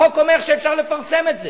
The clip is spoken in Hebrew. החוק אומר שאפשר לפרסם את זה.